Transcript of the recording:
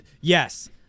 yes